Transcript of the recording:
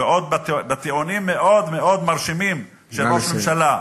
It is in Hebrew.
ועוד בטיעונים מאוד מרשימים, של ראש ממשלה.